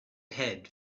head